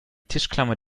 tischklammer